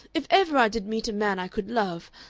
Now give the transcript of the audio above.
if ever i did meet a man i could love,